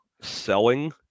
selling